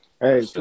Hey